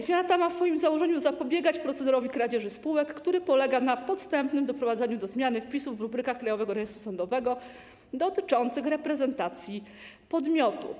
Zmiana ta ma w założeniu zapobiegać procederowi kradzieży spółek, który polega na podstępnym doprowadzeniu do zmiany wpisu w rubrykach Krajowego Rejestru Sądowego dotyczących reprezentacji podmiotu.